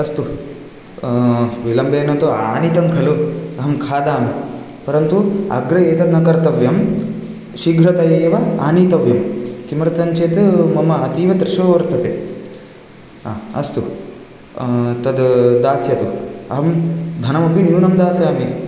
अस्तु विलम्बेन तु आनीतं खलु अहं खादामि परन्तु अग्रे एतत् न कर्तव्यं शीघ्रतयैव आनेतव्यम् किमर्थं चेत् मम अतीव तृषो वर्तते हा अस्तु तद् दास्यतु अहं धनमपि न्यूनं दास्यामि